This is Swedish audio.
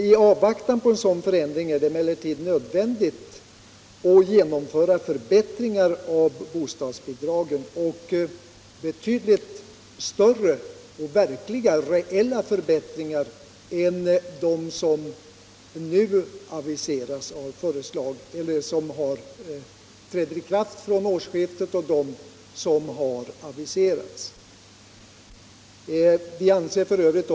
I avvaktan på en sådan förändring är det emellertid nödvändigt att genomföra förbättringar av bostadsbidragen — betydligt större reella förbättringar än de som träder i kraft från årsskiftet och de som har aviserats. Vi anser f.ö.